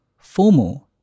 FOMO